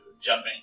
Jumping